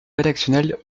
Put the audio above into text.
rédactionnel